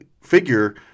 figure